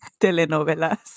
telenovelas